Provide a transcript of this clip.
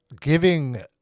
giving